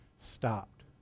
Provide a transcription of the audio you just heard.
stopped